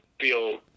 feel